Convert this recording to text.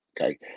Okay